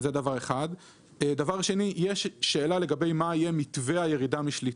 דבר שני, יש שאלה מה יהיה מתווה הירידה משליטה.